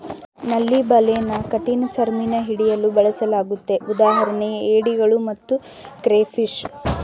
ನಳ್ಳಿ ಬಲೆನ ಕಠಿಣಚರ್ಮಿನ ಹಿಡಿಯಲು ಬಳಸಲಾಗ್ತದೆ ಉದಾಹರಣೆಗೆ ಏಡಿಗಳು ಮತ್ತು ಕ್ರೇಫಿಷ್